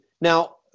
Now